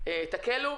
תקלו,